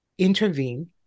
Intervene